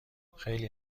خیلی